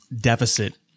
deficit